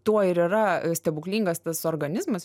tuo ir yra stebuklingas tas organizmas